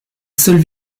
seule